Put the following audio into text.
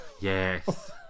yes